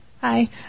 Hi